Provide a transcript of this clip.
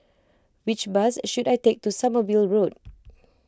which bus should I take to Sommerville Road